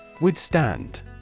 Withstand